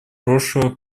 прошлого